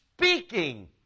speaking